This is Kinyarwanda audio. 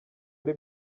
ari